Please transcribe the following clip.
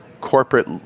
corporate